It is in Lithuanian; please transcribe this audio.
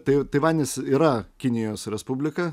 tai taivanis yra kinijos respublika